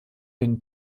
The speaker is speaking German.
den